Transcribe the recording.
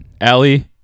Allie